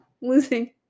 losing